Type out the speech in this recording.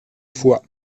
foix